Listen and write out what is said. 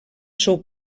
seu